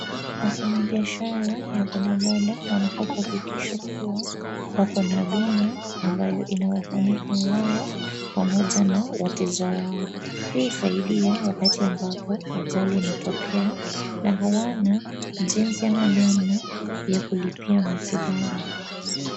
Wafanyibiashara wa bodaboda wanafaa kuhakikisha kuwa wako na bima ambayo inawafunika wao pamoja na wateja wao. Hii husaidia wakati ambapo ajali inatokea na hawana jinsi ama namna ya kulipia matibabu.